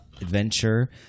adventure